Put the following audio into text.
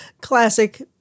Classic